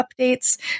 updates